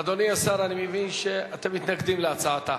אדוני השר, אני מבין שאתם מתנגדים להצעתה.